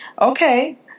Okay